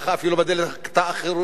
אפילו בדלת האחורית,